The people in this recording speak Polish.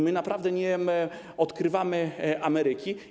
My naprawdę nie odkrywamy Ameryki.